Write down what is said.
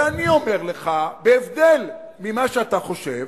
ואני אומר לך, בהבדל ממה שאתה חושב,